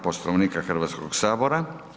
Poslovnika Hrvatskog sabora.